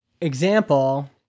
example